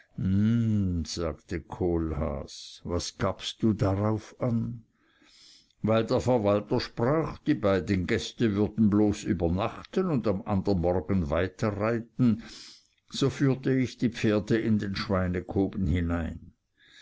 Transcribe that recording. sagte kohlhaas was gabst du darauf an weil der verwalter sprach die beiden gäste würden bloß übernachten und am andern morgen weiterreiten so führte ich die pferde in den schweinekoben hinein